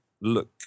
look